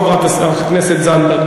חברת הכנסת זנדברג,